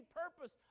purpose